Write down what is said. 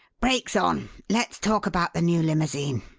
brakes on! let's talk about the new limousine.